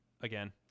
again